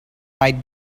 might